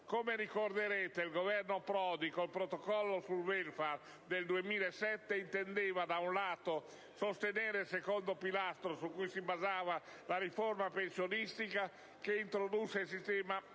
Come ricorderete, il Governo Prodi con il Protocollo sul *welfare* del 2007 intendeva, da un lato, sostenere il secondo pilastro su cui si basava la riforma pensionistica che introdusse il sistema contributivo